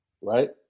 Right